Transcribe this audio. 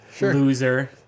loser